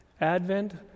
Advent